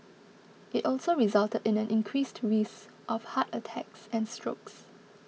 it also resulted in an increased risk of heart attacks and strokes